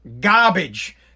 Garbage